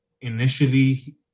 initially